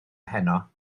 heno